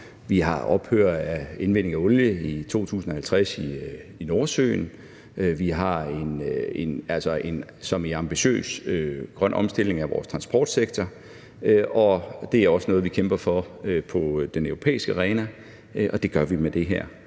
vi har ophør af udvinding af olie i 2050 i Nordsøen; vi har en ambitiøs grøn omstilling af vores transportsektor. Det er også noget, vi kæmper for på den europæiske arena, og det gør vi med det her